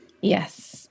Yes